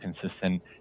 consistent